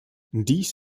dies